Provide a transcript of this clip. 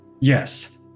Yes